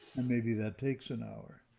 and maybe that takes an hour.